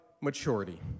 maturity